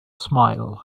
smile